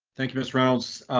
thank you miss reynolds.